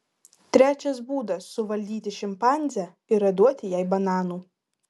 trečias būdas suvaldyti šimpanzę yra duoti jai bananų